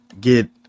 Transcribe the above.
get